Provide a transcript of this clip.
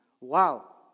Wow